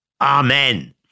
Amen